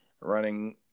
running